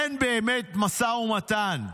אין באמת משא ומתן,